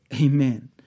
Amen